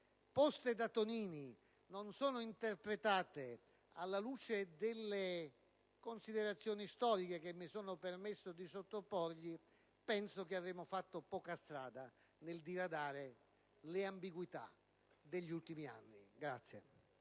collega Tonini non sono interpretate alla luce delle considerazioni storiche che mi sono permesso di sottoporgli, penso che avremo fatto poca strada nel diradare le ambiguità degli ultimi anni.